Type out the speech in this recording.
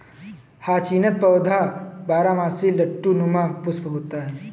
hyacinth पौधा बारहमासी लट्टू नुमा पुष्प होता है